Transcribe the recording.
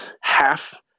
half